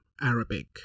Arabic